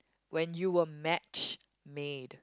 when you were match made